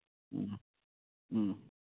ꯎꯝ ꯎꯝ